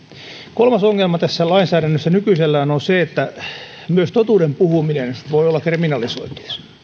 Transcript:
kolmas ongelma tässä lainsäädännössä nykyisellään on se että myös totuuden puhuminen voi olla kriminalisoitua